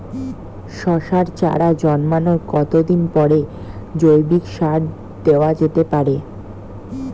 শশার চারা জন্মানোর কতদিন পরে জৈবিক সার দেওয়া যেতে পারে?